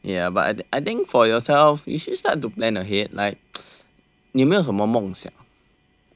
ya but I think for yourself you should start to plan ahead like 你有没有什么梦想